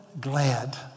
glad